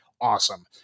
awesome